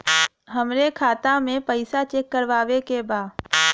हमरे खाता मे पैसा चेक करवावे के बा?